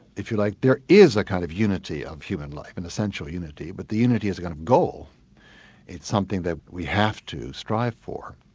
if you like, there is a kind of unity of human life, an and essential unity, but the unity is a kind of goal it's something that we have to strive for,